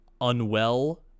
unwell